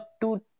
two